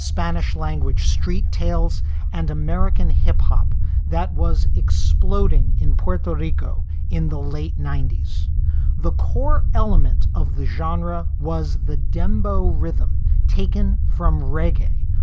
spanish language, street tales and american hip hop that was exploding in puerto rico in the late ninety point s the core element of the genre was the dembo rhythm taken from reggae,